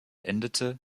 endete